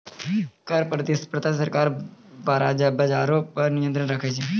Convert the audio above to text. कर प्रतिस्पर्धा से सरकार बजारो पे नियंत्रण राखै छै